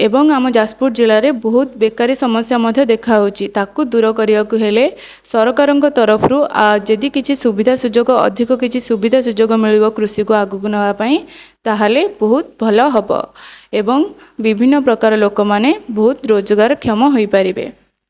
ଏବଂ ଆମ ଯାଜପୁର ଜିଲ୍ଲାରେ ବହୁତ ବେକାରୀ ସମସ୍ୟା ମଧ୍ୟ ଦେଖାଯାଉଛି ତାକୁ ଦୂର କରିବାକୁ ହେଲେ ସରକାରଙ୍କ ତରଫରୁ ଯଦି କିଛି ସୁବିଧାସୁଯୋଗ ଅଧିକ କିଛି ସୁବିଧାସୁଯୋଗ ମିଳିବ କୃଷିକୁ ଆଗକୁ ନେବା ପାଇଁ ତା'ହେଲେ ବହୁତ ଭଲ ହେବ ଏବଂ ବିଭିନ୍ନ ପ୍ରକାର ଲୋକମାନେ ବହୁତ ରୋଜଗାରକ୍ଷମ ହୋଇପାରିବେ